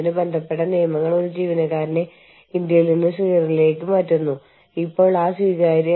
അതിനാൽ multinational എന്റർപ്രൈസസിലെ HR മാനേജർമാർ കൈകാര്യം ചെയ്യേണ്ട ചില വെല്ലുവിളികൾ ഇവയാണ്